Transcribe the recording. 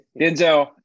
Denzel